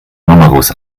numerus